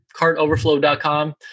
cartoverflow.com